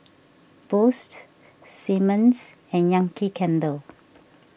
Boost Simmons and Yankee Candle